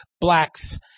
blacks